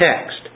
text